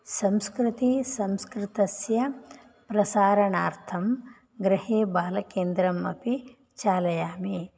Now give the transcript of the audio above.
संस्कृतिसंस्कृतस्य प्रसारणार्थं गृहे बालकेन्द्रम् अपि चालयामि